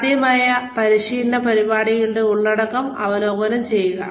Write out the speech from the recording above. സാധ്യമായ പരിശീലന പരിപാടിയുടെ ഉള്ളടക്കം അവലോകനം ചെയ്യുക